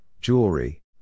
jewelry